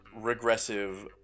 regressive